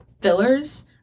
fillers